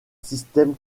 système